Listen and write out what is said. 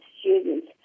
students